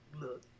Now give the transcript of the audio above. Look